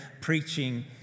preaching